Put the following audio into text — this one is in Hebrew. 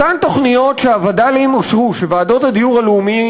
אותן תוכניות שהוועדות לדיור לאומי